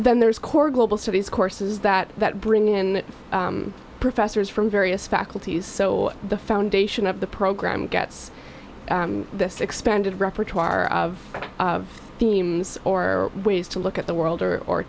then there's core global studies courses that that bring in professors from various faculties so the foundation of the program gets this expanded repertoire of themes or ways to look at the world or or